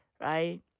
right